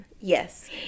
yes